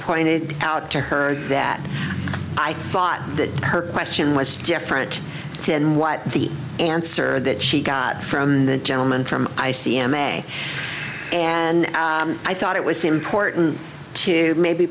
pointed out to her that i thought that her question was different then what the answer that she god from the gentleman from i c m may and i thought it was important to maybe